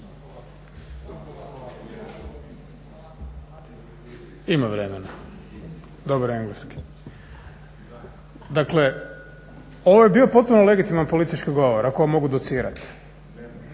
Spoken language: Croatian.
**Milanović, Zoran (SDP)** Dakle, ovo je bio potpuno legitiman politički govor, ako vam mogu docirati.